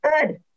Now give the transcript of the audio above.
Good